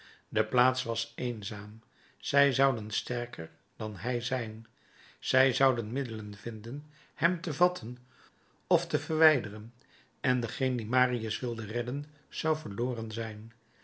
de plaats was eenzaam zij zouden sterker dan hij zijn zij zouden middelen vinden hem te vatten of te verwijderen en degeen dien marius wilde redden zou verloren zijn